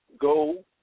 Go